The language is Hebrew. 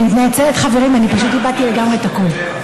אני מתנצלת, חברים, פשוט איבדתי לגמרי את הקול.